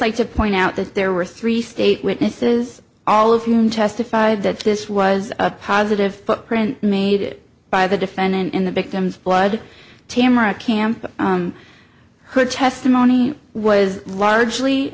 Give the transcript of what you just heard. like to point out that there were three state witnesses all of whom testified that this was a positive footprint made by the defendant in the victim's blood tamra camp her testimony was largely